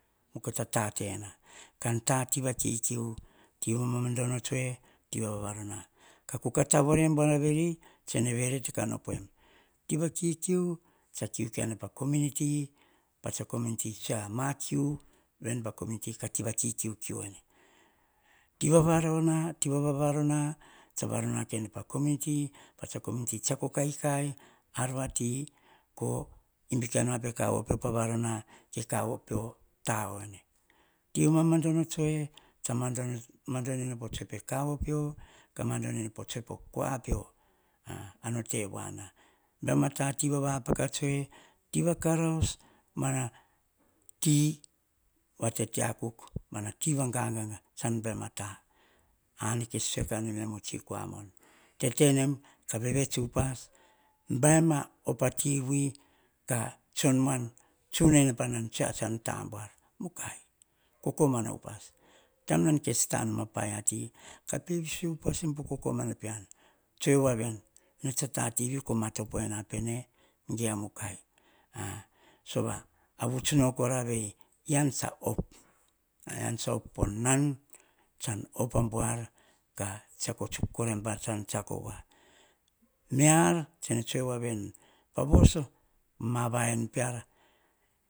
Mukai ta tatena. Kan ta tiva kikiu tiva mamandono tsue, tiva vavarona ka kuka tavore buana veri tsene verete kan opuen. Tiva kikiu tsa kiu veni pa kominiti patsa komiuniti tsue a ma kiu veni pa komiuniti ka tiva kikiu, kiu ene tiva varona tiva vavarona tsa varona kaene pa kominiti patsa kominiti tsiako kaikai arvati or imbi kaene pe kaovo pio pa varona ke kaovo pio tao ene. Tiva mamandono tsue tsa mandono ene po tsue pe kaovo pio kamandono ene po tsue po kua pio a ar no tevana baim a tati va vapaka tsue tiva karaos, tiva tete akuk mana tiva ganganga tsan baim a ta ar nekes tsue kanu a miam e iam o tsikan mon. Tetenem ka vets, upas baima op a tiwi ka tson muan tsun ene patsan tabuar mukai kokomana upas taim nan kes ta nom a paia ti ka peviso upasem po kokomana pean tsue vaveni ene tsa tativi komatopoena pene ge mukai oh. Sova nuts no kora vei ean tsa op a ean tsa opo nan tsan op a buar ka tsiako tsukoraim patsan tsiakowa. Mear tsene tsue vaveni, pavoso, ma vaen peara